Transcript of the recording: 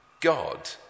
God